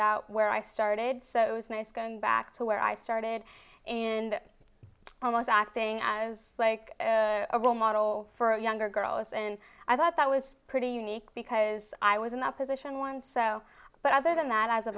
that where i started so it was nice going back to where i started and almost acting as like a role model for a younger girl is and i thought that was pretty unique because i was in that position once so but other than that i was a